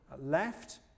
left